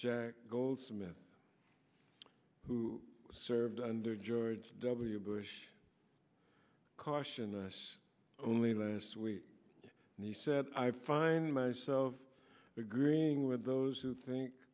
jack goldsmith who served under george w bush cautioned us only last week and he said i find myself agreeing with those who think